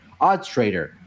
oddstrader